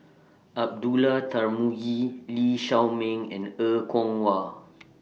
Abdullah Tarmugi Lee Shao Meng and Er Kwong Wah